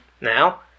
now